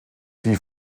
die